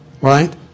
right